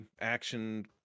action